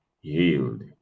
healed